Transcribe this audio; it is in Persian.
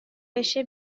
بشه